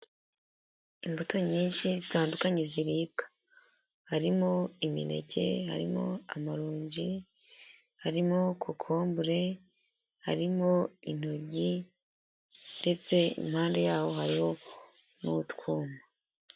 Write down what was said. Imbuto nyinshi zitandukanye ziribwa harimo imineke, harimo amaronji, harimo kokombure, harimo intogi ndetse impande yaho harimo n'utwuma.